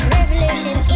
revolution